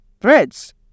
threads